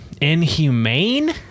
inhumane